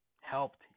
helped